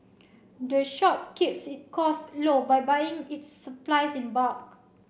the shop keeps its costs low by buying its supplies in bulk